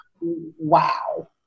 wow